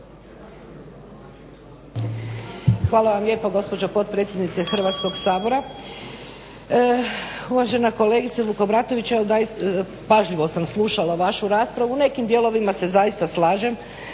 Hvala vam lijepo gospođo potpredsjednice Hrvatskog sabora. Uvažena kolegice Vukobratović pažljivo sam slušala vašu raspravu. U nekim dijelovima se zaista slažem